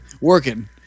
working